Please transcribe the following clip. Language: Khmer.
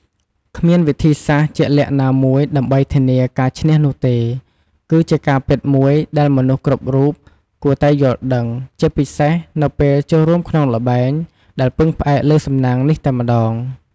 គ្មានវិធីសាស្រ្តជាក់លាក់ណាមួយដើម្បីធានាការឈ្នះនោះទេ គឺជាការពិតមួយដែលមនុស្សគ្រប់រូបគួរតែយល់ដឹង ជាពិសេសនៅពេលចូលរួមក្នុងល្បែងដែលពឹងផ្អែកលើសំណាងនេះតែម្តង។